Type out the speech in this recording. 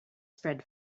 spread